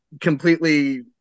completely